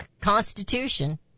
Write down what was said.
Constitution